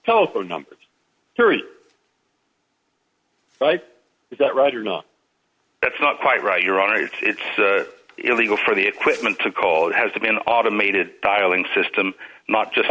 telephone number theory is that right or not that's not quite right your honor it's illegal for the equipment to call it has to be an automated dialing system not just